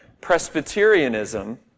Presbyterianism